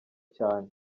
cyane